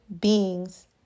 beings